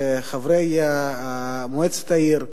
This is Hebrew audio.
לחברי מועצת העיר,